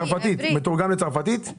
זה מתורגם לצרפתית?